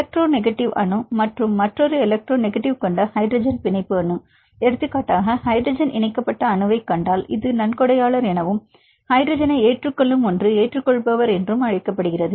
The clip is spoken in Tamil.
எலக்ட்ரோநெக்டிவ் அணு மற்றும் மற்றொரு எலக்ட்ரோநெக்டிவ் கொண்ட ஹைட்ரஜன் பிணைப்பு அணு எடுத்துக்காட்டாக ஹைட்ரஜனுடன் இணைக்கப்பட்ட அணுவைக் கண்டால் இது நன்கொடையாளர் என்றும் இந்த ஹைட்ரஜனை ஏற்றுக் கொள்ளும் ஒன்று ஏற்றுக்கொள்பவர் என்றும் அழைக்கப்படுகிறது